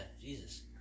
Jesus